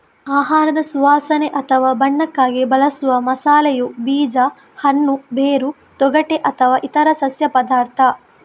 ಆಹಾರದ ಸುವಾಸನೆ ಅಥವಾ ಬಣ್ಣಕ್ಕಾಗಿ ಬಳಸುವ ಮಸಾಲೆಯು ಬೀಜ, ಹಣ್ಣು, ಬೇರು, ತೊಗಟೆ ಅಥವಾ ಇತರ ಸಸ್ಯ ಪದಾರ್ಥ